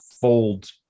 fold